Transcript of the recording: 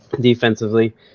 defensively